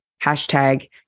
Hashtag